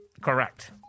Correct